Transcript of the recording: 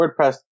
WordPress